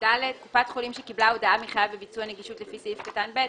קופת חולים שקיבלה הודעה מחייב בביצוע נגישות לפי סעיף קטן (ב),